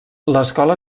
l’escola